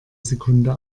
sekunde